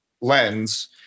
lens